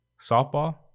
softball